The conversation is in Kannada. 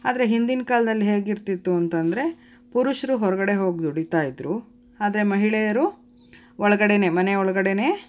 ಆದರೆ ಹಿಂದಿನ ಕಾಲ್ದಲ್ಲಿ ಹೇಗಿರ್ತಿತ್ತು ಅಂತಂದರೆ ಪುರುಷರು ಹೊರಗಡೆ ಹೋಗಿ ದುಡಿತಾ ಇದ್ದರು ಆದರೆ ಮಹಿಳೆಯರು ಒಳಗಡೆನೆ ಮನೆ ಒಳಗಡೆನೆ